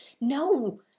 no